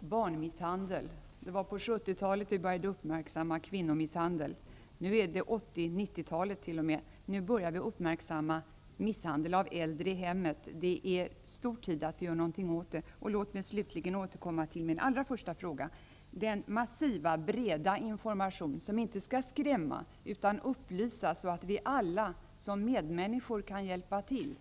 barnmisshandel. Det var på 70-talet vi började uppmärksamma kvinnomisshandel. Nu är det 90 talet, och nu börjar vi uppmärksamma misshandel av äldre i hemmet. Det är hög tid att göra någonting åt det. Låt mig slutligen återkomma med min allra första fråga, den massiva och breda informationen, som inte skall skrämma utan upplysa, så att vi alla som medmänniskor kan hjälpa till.